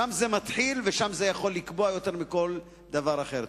שם זה מתחיל, ושם זה יכול לקבוע יותר מכל דבר אחר.